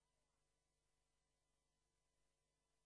לחזק